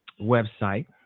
website